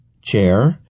chair